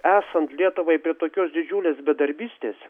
esant lietuvai prie tokios didžiulės bedarbystės